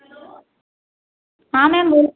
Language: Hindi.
हेलो हाँ मैम बोल